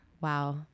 wow